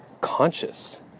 conscious